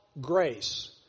grace